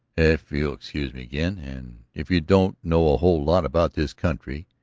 if you'll excuse me again, and if you don't know a whole lot about this country.